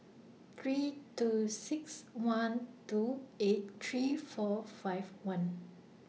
three two six one two eight three four five one